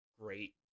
great